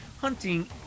hunting